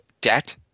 debt